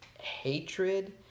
hatred